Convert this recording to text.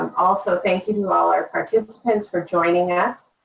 um also thank you to all our participants for joining us.